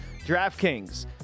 DraftKings